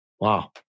Wow